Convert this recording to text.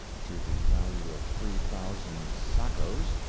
to the value of three thousand sacos,